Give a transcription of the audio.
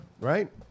Right